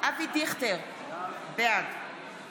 אבי דיכטר, בעד